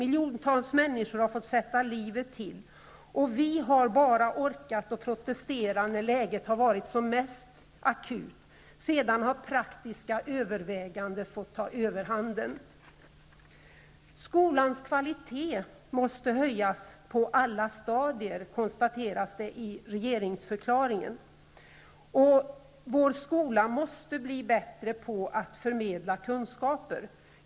Miljontals människor har fått sätta livet till, och vi har bara orkat protestera när läget har varit som mest akut. Sedan har praktiska överväganden fått ta överhanden. Skolans kvalitet måste höjas på alla stadier, konstateras det i regeringsförklaringen. Vår skola måste också bli bättre på att förmedla kunskaper.